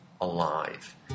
alive